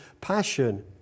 passion